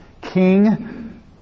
king